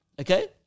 okay